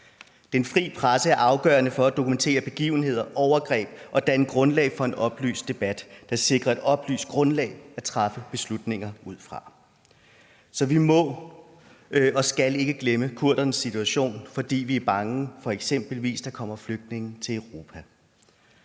Den fri presse er afgørende for at dokumentere begivenheder og overgreb og danne grundlag for en oplyst debat, der sikrer et oplyst grundlag at træffe beslutninger ud fra. Så vi må og skal ikke glemme kurdernes situation, fordi vi eksempelvis er bange for, at der kommer flygtninge til Europa.